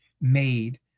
made